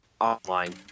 online